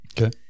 okay